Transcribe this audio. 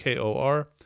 KOR